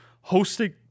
Hosting